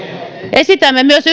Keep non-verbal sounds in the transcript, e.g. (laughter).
esitämme myös (unintelligible)